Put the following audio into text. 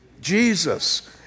Jesus